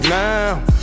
now